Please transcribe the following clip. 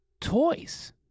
toys